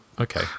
Okay